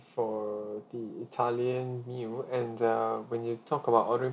for the italian meal and err when you talk about ordering